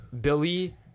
Billy